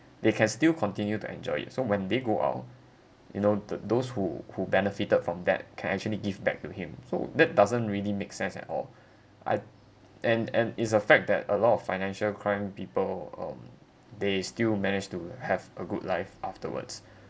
they can still continue to enjoy it so when they go out you know the those who who benefited from that can actually give back to him so that doesn't really make sense at all I and and is the fact that a lot of financial crime people um they still manage to have a good life afterwards